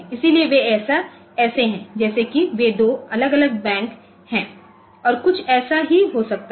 इसलिए वे ऐसे हैं जैसे कि वे दो अलग अलग बैंक हैं और कुछ ऐसा ही हो सकता है